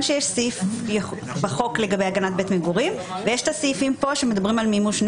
מגורים בחוק לבין הסעיפים כאן בתקנות.